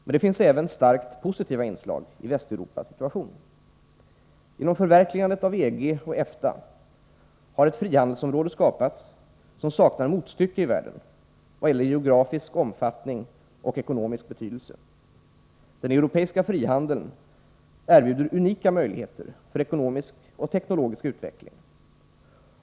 Men det finns även starkt positiva inslag i Västeuropas situation. Genom förverkligandet av EG och EFTA har ett frihandelsområde skapats som saknar motstycke i världen i vad gäller geografisk omfattning och ekonomisk betydelse. Den europeiska frihandeln erbjuder unika möjligheter för ekonomisk och teknologisk utveckling.